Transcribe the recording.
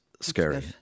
scary